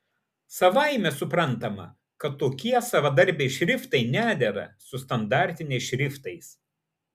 savaime suprantama kad tokie savadarbiai šriftai nedera su standartiniais šriftais